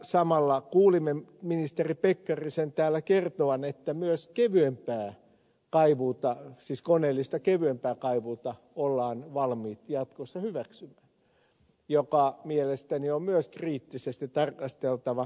samalla kuulimme ministeri pekkarisen täällä kertovan että myös koneellista kevyempää kaivua ollaan valmiita jatkossa hyväksymään mitä mielestäni on myös kriittisesti tarkasteltava